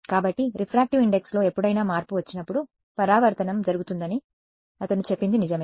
కాబట్టి refractive index లో ఎప్పుడైనా మార్పు వచ్చినప్పుడు పరావర్తనం జరుగుతుందని అతను చెప్పింది నిజమే